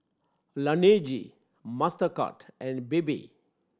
Laneige Mastercard and Bebe